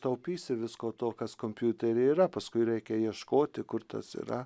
taupysi visko to kas kompiuteryje yra paskui reikia ieškoti kur tas yra